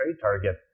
target